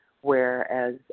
whereas